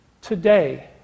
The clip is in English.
today